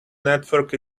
networks